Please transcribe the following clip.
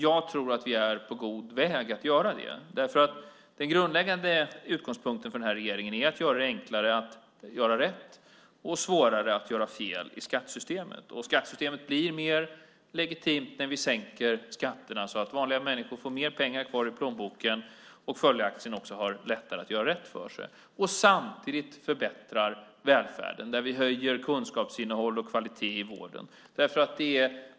Jag tror att vi är på god väg att göra det, därför att den grundläggande utgångspunkten för regeringen är att göra det enklare att göra rätt och svårare att göra fel i skattesystemet. Och skattesystemet blir mer legitimt när vi sänker skatterna så att vanliga människor får mer pengar kvar i plånboken och följaktligen lättare att göra rätt för sig, samtidigt som vi förbättrar välfärden. Vi höjer kunskapsinnehåll och kvalitet i vården.